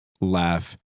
laugh